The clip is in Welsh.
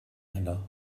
heno